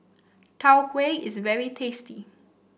Tau Huay is very tasty